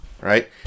right